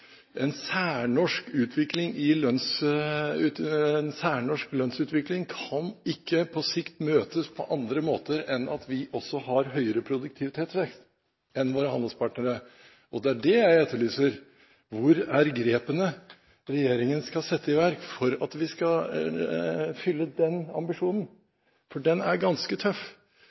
En særnorsk lønnsutvikling kan ikke på sikt møtes på andre måter enn at vi også har høyere produktivitetsvekst enn våre handelspartnere. Det jeg etterlyser, er: Hvor er grepene regjeringen skal sette i verk for at vi skal oppfylle den ambisjonen? For den er ganske tøff.